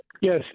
Yes